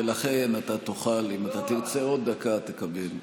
ולכן אתה תוכל, אם אתה תרצה עוד דקה, תקבל.